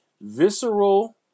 visceral